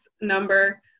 number